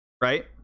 right